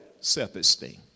self-esteem